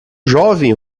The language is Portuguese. jovem